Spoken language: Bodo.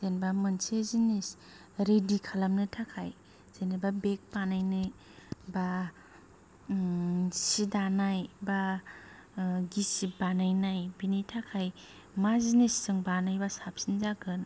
जेनेबा मोनसे जिनिस रेडि खालामनो थाखाय जेनेबा बेग बानायनाय बा सि दानाय बा गिसिब बानायनाय बिनि थाखाय मा जिनिसजों बानायब्ला साबसिन जागोन